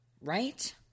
Right